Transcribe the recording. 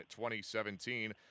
2017